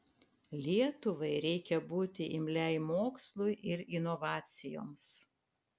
lietuvai reikia būti imliai mokslui ir inovacijoms